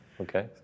okay